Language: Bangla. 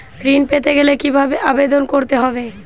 ঋণ পেতে গেলে কিভাবে আবেদন করতে হবে?